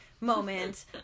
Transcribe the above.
moment